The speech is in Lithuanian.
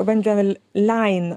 van del lein